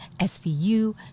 SVU